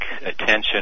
attention